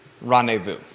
rendezvous